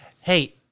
hey